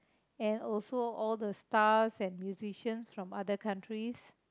and also all the stars and musicians from other countries